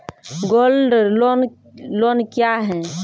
Gold loan loan क्या हैं?